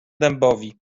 dębowi